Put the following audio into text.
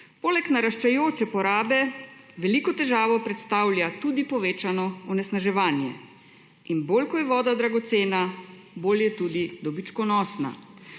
Poleg naraščajoče porabe veliko težavo predstavlja tudi povečano onesnaževanje in bolj ko je voda dragocena, bolj je tudi dobičkonosna.